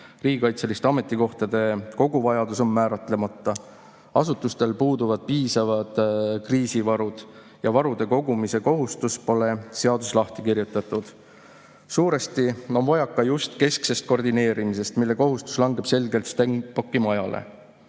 Riigikaitseliste ametikohtade koguvajadus on määratlemata. Asutustel puuduvad piisavad kriisivarud ja varude kogumise kohustus pole seaduses lahti kirjutatud. Suuresti on vajaka just kesksest koordineerimisest, mille kohustus langeb selgelt Stenbocki majale.